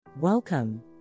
Welcome